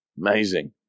Amazing